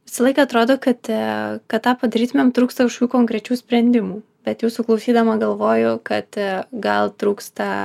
visą laiką atrodo kad kad tą padarytumėm trūksta kažkokių konkrečių sprendimų bet jūsų klausydama galvoju kad gal trūksta